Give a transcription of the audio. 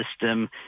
system